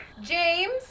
James